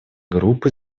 групп